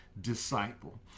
disciple